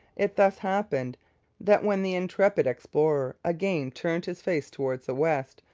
it thus happened that when the intrepid explorer again turned his face towards the west,